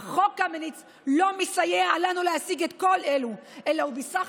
אך חוק קמיניץ לא מסייע לנו להשיג את כל אלו אלא הוא בסך